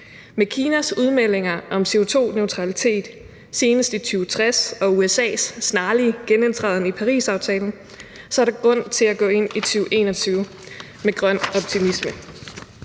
Med Kinas udmeldinger om CO2-neutralitet senest i 2060 og USA's snarlige genindtræden i Parisaftalen er der grund til at gå ind i 2021 med grøn optimisme.